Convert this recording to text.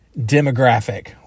demographic